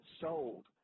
sold